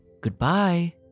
goodbye